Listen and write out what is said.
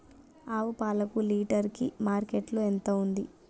ఆవు పాలకు లీటర్ కి మార్కెట్ లో ఎంత ఉంది?